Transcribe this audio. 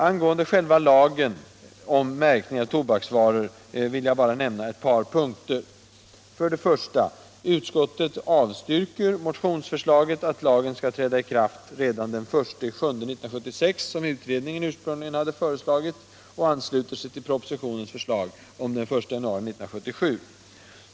Angående själva lagen om märkning av tobaksvaror vill jag bara nämna ett par punkter. 1. Utskottet avstyrker motionsförslaget att lagen skall träda i kraft redan den 1 juli 1976, som utredningen ursprungligen hade föreslagit, och ansluter sig till propositionens förslag om den 1 januari 1977.